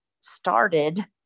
started